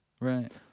Right